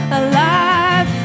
alive